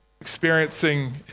experiencing